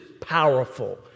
powerful